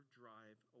drive